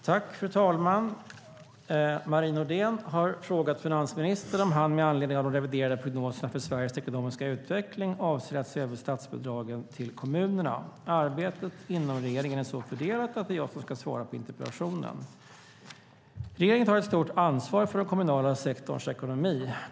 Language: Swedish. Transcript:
Fru talman! Marie Nordén har frågat finansministern om han med anledning av de reviderade prognoserna för Sveriges ekonomiska utveckling avser att se över statsbidragen till kommunerna. Arbetet inom regeringen är så fördelat att det är jag som ska svara på interpellationen. Regeringen tar ett stort ansvar för den kommunala sektorns ekonomi.